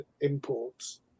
imports